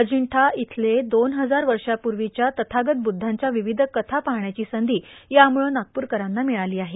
अजिंठा इथलं दोन हजार वर्षांपूर्वीच्या तथागत बुद्धांच्या विविध कथा पाहण्याची संधी यामुळं नागपुरकरांना मिळाली आहे